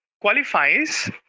qualifies